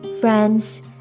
Friends